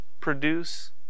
produce